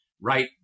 right